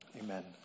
Amen